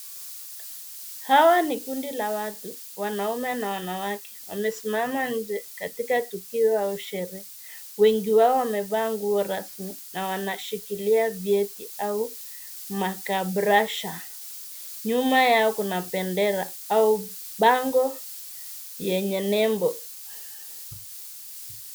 Hawa ni kundi la watu, wanaume na wanawake. Wamesimama nje katika tukio au sherehe. Wengi wao wamevaa nguo rasmi na wanashikilia vyeti au makabrasha. Nyuma yao kuna bendera au bango yenye nembo.